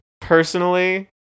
personally